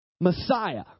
Messiah